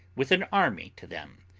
with an army, to them,